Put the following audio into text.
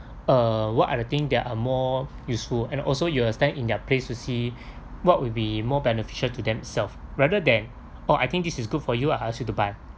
uh what are the thing that are more useful and also you will stand in their place to see what would be more beneficial to themself rather than oh I think this is good for you I ask you to buy